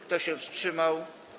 Kto się wstrzymał?